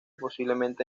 posiblemente